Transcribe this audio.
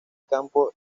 campo